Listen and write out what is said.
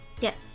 Yes